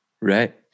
Right